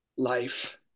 life